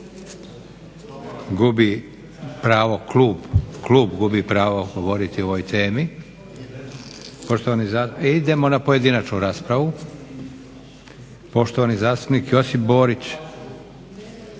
Gubi pravo klub, klub gubi pravo govoriti o ovoj temi. Idemo na pojedinačnu raspravu. Poštovani zastupnik Josip Borić.